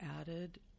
added